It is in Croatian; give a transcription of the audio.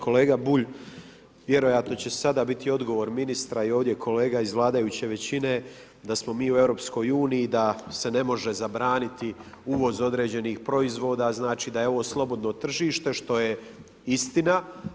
Kolega Bulj, vjerojatno će sada biti odgovor ministra i ovdje kolega iz vladajuće većine da smo mi u EU, da se ne može zabraniti uvoz određenih proizvoda, znači da je ovo slobodno tržište što je istina.